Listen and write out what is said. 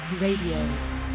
Radio